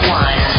one